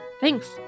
Thanks